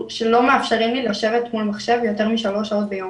שלא מאפשרים לי לשבת מול מחשב יותר משלוש שעות ביום.